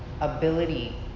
ability